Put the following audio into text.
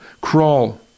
Crawl